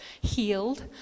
healed